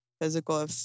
physical